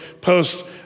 Post